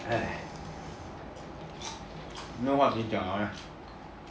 没有话题讲了 meh